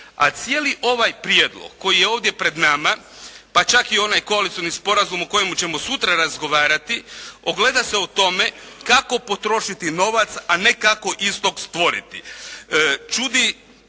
A cijeli ovaj prijedlog koji je ovdje pred nama pa čak i onaj koalicioni sporazum o kojemu ćemo sutra razgovarati ogleda se u tome kako potrošiti novac a ne kako istog stvoriti.